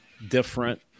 different